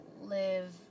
live